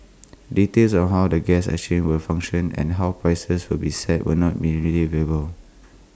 details on how the gas exchange will function and how prices will be set were not immediately available